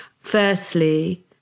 Firstly